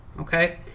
Okay